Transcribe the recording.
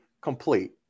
complete